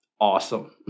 awesome